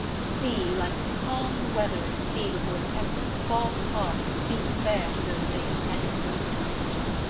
see, like to calm weather at sea before a tempest, false hearts speak fair to those they intend most mischief.